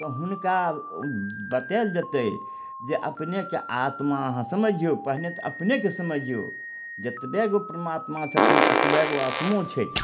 तऽ हुनका बतायल जेतय जे अपनेके आत्मा अहाँ समझि जइयौ पहिने तऽ अपनेके समझियौ जेतबा गो परमात्मा छथिन ओतबा गो आत्मों छथि